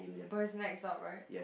but his neck's out right